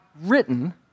written